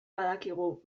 badakigu